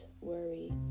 worry